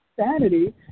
sanity